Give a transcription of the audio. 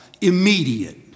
immediate